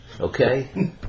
Okay